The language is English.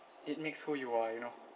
it makes who you are you know